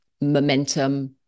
momentum